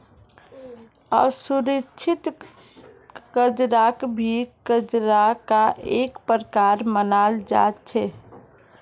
असुरिक्षित कर्जाक भी कर्जार का एक प्रकार मनाल जा छे